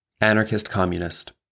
Anarchist-Communist